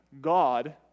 God